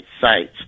sites